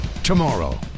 Tomorrow